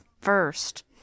first